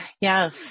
yes